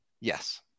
Yes